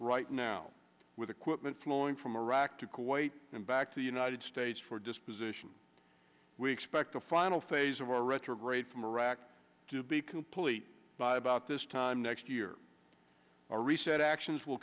right now with equipment flowing from iraq to kuwait and back to the united states for disposition we expect the final phase of our retrograde from iraq to be completed by about this time next year a reset actions will